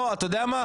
לא אתה יודע מה,